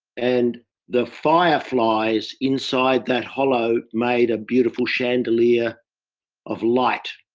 and the firefly's inside that hollow made a beautiful chandelier of light